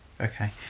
okay